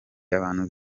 abantu